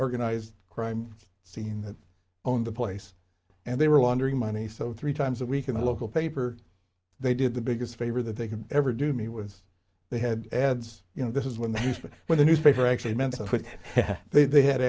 organized crime scene that own the place and they were laundering money so three times a week in the local paper they did the biggest favor that they could ever do to me was they had ads you know this is when these but when the newspaper actually meant that they had